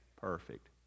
perfect